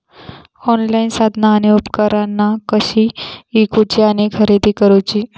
Online साधना आणि उपकरणा कशी ईकूची आणि खरेदी करुची?